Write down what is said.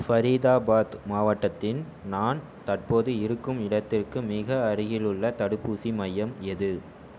ஃபரிதாபாத் மாவட்டத்தின் நான் தற்போது இருக்கும் இடத்திற்கு மிக அருகிலுள்ள தடுப்பூசி மையம் எது